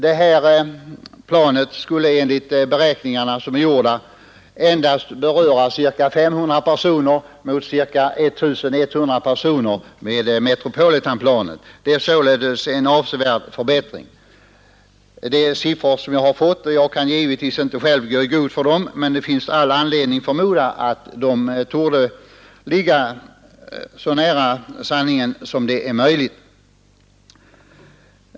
Enligt gjorda beräkningar skulle det här planet endast beröra ca 500 personer mot ca 1 100 personer när det gäller Metropolitanplanet; det är således en avsevärd förbättring. — Jag har fått dessa siffror och givetvis kan jag inte själv gå i god för dem, men det finns all anledning att förmoda att de ligger så nära sanningen som det är möjligt.